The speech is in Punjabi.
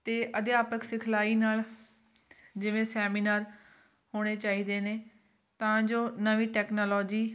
ਅਤੇ ਅਧਿਆਪਕ ਸਿਖਲਾਈ ਨਾਲ ਜਿਵੇਂ ਸੈਮੀਨਾਰ ਹੋਣੇ ਚਾਹੀਦੇ ਨੇ ਤਾਂ ਜੋ ਨਵੀਂ ਟੈਕਨਾਲੋਜੀ